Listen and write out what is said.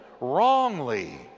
Wrongly